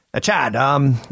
Chad